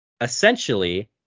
essentially